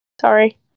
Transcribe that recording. Sorry